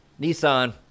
Nissan